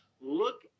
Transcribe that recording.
look